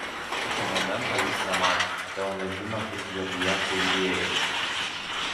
šito momento jis nematė todėl nežino kaip į objektą įėjo